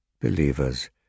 Believers